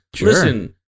listen